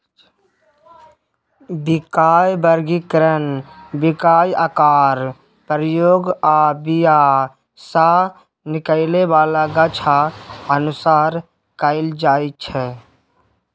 बीयाक बर्गीकरण बीयाक आकार, प्रयोग आ बीया सँ निकलै बला गाछ अनुसार कएल जाइत छै